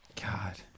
God